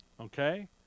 Okay